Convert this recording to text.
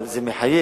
אבל זה מחייב.